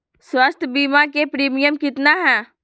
स्वास्थ बीमा के प्रिमियम कितना है?